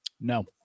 No